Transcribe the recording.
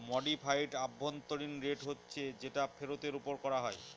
modified অভ্যন্তরীন rate হচ্ছে যেটা ফেরতের ওপর করা হয়